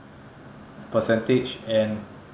percentage and